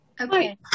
okay